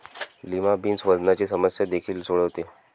lima beans वजनाची समस्या देखील सोडवते